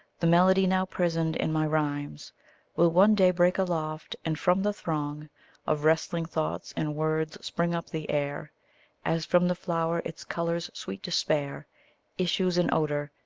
the melody now prisoned in my rimes will one day break aloft, and from the throng of wrestling thoughts and words spring up the air as from the flower its colour's sweet despair issues in odour,